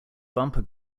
bumper